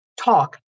talk